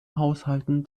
haushalten